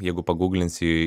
jeigu paguglinsi